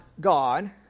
God